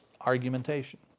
argumentation